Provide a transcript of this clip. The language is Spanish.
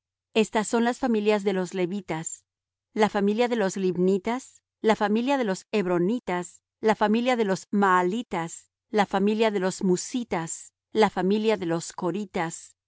de aggi la familia de los aggitas de suni la familia de los sunitas de ozni la familia de los oznitas de eri la familia de los eritas de aroz la familia de los aroditas de areli la familia de los